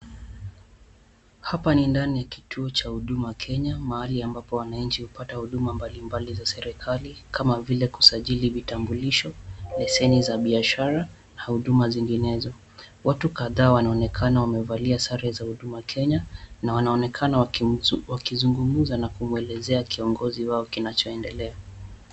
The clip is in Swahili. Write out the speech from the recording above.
Hapa ni ndani ya kituo cha Huduma Kenya mahali ambapo wananchi hupata huduma mbalimbali za serikali kama vile kusajili vitambulisho, leseni za biashara na huduma zinginezo. Watu kadhaa wanaonekana wamevalia sare za Huduma Kenya na wanaonekana wakizungumza na kumwelezea kiongozi wao kinachoendelea.